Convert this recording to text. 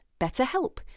BetterHelp